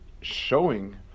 showing